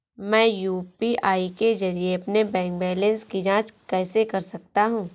मैं यू.पी.आई के जरिए अपने बैंक बैलेंस की जाँच कैसे कर सकता हूँ?